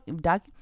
doc